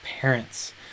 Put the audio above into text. parents